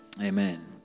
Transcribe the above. Amen